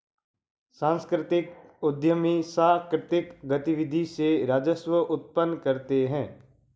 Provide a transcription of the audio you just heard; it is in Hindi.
सांस्कृतिक उद्यमी सांकृतिक गतिविधि से राजस्व उत्पन्न करते हैं